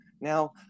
Now